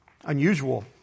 Unusual